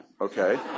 okay